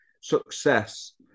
success